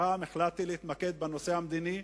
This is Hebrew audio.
הפעם החלטתי להתמקד בנושא המדיני.